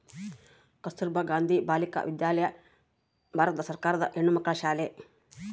ಕಸ್ತುರ್ಭ ಗಾಂಧಿ ಬಾಲಿಕ ವಿದ್ಯಾಲಯ ಭಾರತ ಸರ್ಕಾರದ ಹೆಣ್ಣುಮಕ್ಕಳ ಶಾಲೆ